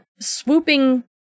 swooping